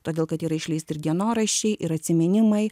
todėl kad yra išleisti ir dienoraščiai ir atsiminimai